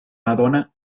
madonna